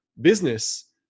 business